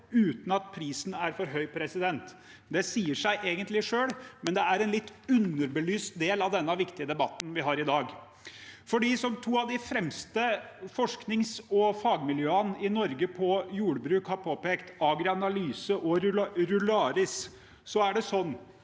uten at prisen er for høy. Det sier seg egentlig selv, men det er en litt underbelyst del av denne viktige debatten vi har i dag. Som to av de fremste forskningsog fagmiljøene i Norge på jordbruk, AgriAnalyse og Ruralis, har påpekt,